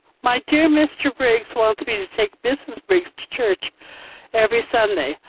my dear, mr. briggs wants me to take mrs. briggs to church every sunday